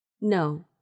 No